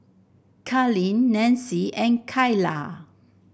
Carlene Nancie and Kaila